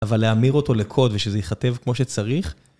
אבל להמיר אותו לקוד ושזה ייכתב כמו שצריך?